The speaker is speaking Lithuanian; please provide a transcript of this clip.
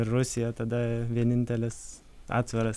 rusija tada vienintelis atsvaras